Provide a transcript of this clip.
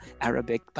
Arabic